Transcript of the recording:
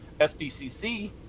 SDCC